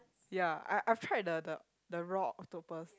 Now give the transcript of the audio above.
ya I I tried the the the raw octopus